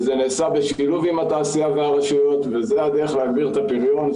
זה נעשה בשילוב עם התעשייה והרשויות וזו הדרך להגביר את הפריון.